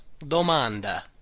domanda